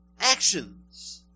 actions